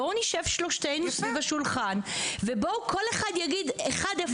בואו נשב שלושתנו סביב השולחן וכל אחד יגיד איפה